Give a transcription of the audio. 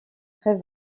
très